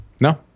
No